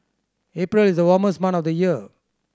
April is the warmest month of the year